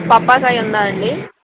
బొప్పాసుకాయుందా అండి